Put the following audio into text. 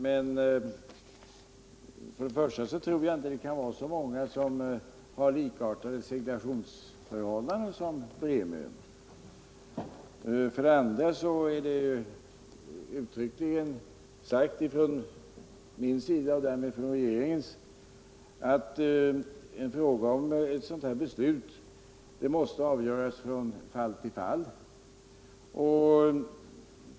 Men för det första tror jag inte att det kan vara så många som har likartade seglationsförhållanden som Bremön, och för det andra är det uttryckligen sagt från min sida och därmed från regeringens alt sådana här frågor måste avgöras från fall till fall.